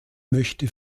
möchte